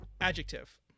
adjective